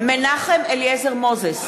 נתניהו,